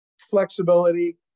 flexibility